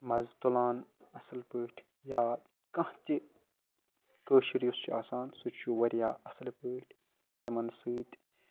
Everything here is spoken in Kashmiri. مَزٕ تُلان اَصٕل پٲٹھۍ یا کانٛہہ تہِ کٲشُر یُس چھُ آسان سُہ چھُ واریاہ اَصٕلۍ پٲٹھۍ تِمَن سۭتۍ